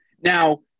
Now